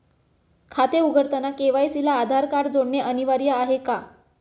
खाते उघडताना के.वाय.सी ला आधार कार्ड जोडणे अनिवार्य आहे का?